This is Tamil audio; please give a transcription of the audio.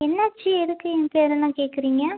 என்னாச்சு எதுக்கு என் பேர் எல்லாம் கேட்குறீங்க